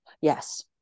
yes